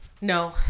No